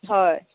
হয়